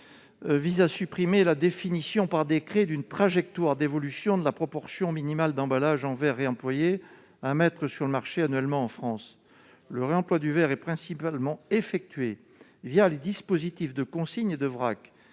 alcooliques de la définition par décret d'une trajectoire d'évolution de la proportion minimale d'emballages en verre réemployés à mettre sur le marché annuellement en France. Le réemploi du verre est principalement effectué les dispositifs de consigne et de vrac.